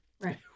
right